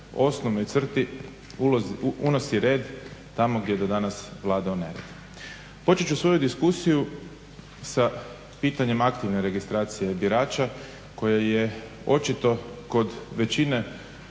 osnovnoj crti unosi red tamo gdje je do danas vladao nered. Počet ću svoju diskusiju sa pitanjem aktivne registracije birača koja je očito kod većine